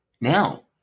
Now